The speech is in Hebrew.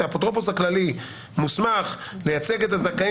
"האפוטרופוס הכללי מוסמך לייצג את הזכאים